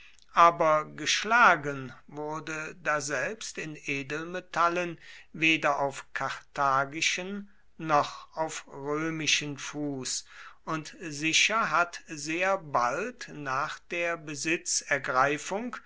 aber geschlagen wurde daselbst in edelmetallen weder auf karthagischen noch auf römischen fuß und sicher hat sehr bald nach der besitzergreifung